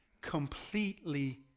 completely